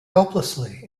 helplessly